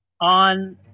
on